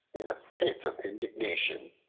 in a fit of indignation,